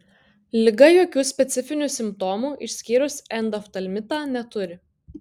liga jokių specifinių simptomų išskyrus endoftalmitą neturi